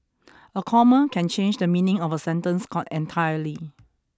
a comma can change the meaning of a sentence can't entirely